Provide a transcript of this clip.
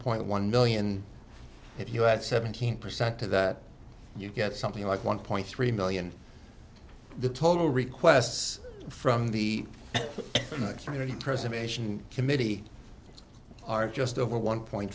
point one million if you had seventeen percent of that you get something like one point three million the total requests from the three preservation committee are just over one point